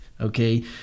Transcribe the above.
okay